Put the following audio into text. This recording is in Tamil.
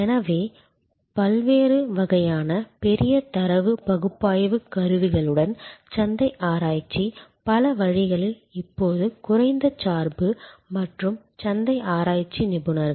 எனவே பல்வேறு வகையான பெரிய தரவு பகுப்பாய்வுக் கருவிகளுடன் சந்தை ஆராய்ச்சி பல வழிகளில் இப்போது குறைந்த சார்பு மற்றும் சந்தை ஆராய்ச்சி நிபுணர்கள்